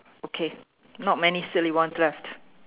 okay not many silly ones left